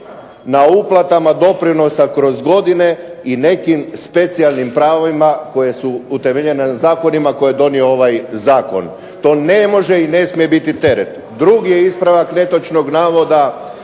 na uplatama doprinosa kroz godine i nekim specijalnim pravima koje su utemeljene zakonima koje je donio ovaj zakon. To ne može i ne smije biti teret. Drugi je ispravak netočnog navoda